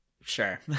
Sure